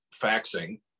faxing